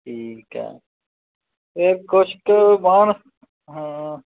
ਠੀਕ ਹੈ ਇਹ ਕੁਛ ਕੁ ਬਾਣ ਹਾਂ